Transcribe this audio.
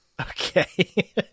Okay